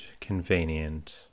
convenient